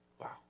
wow